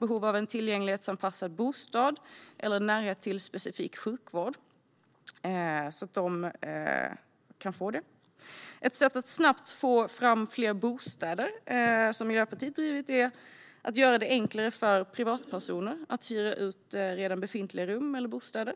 behov av en tillgänglighetsanpassad bostad eller närhet till specifik sjukvård. Ett sätt att snabbt få fram fler bostäder, som Miljöpartiet drivit, är att göra det enklare för privatpersoner att hyra ut redan befintliga rum eller bostäder.